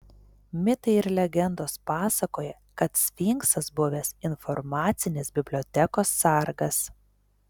mitai ir legendos pasakoja kad sfinksas buvęs informacinės bibliotekos sargas